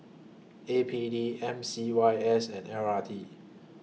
A P D M C Y S and L R T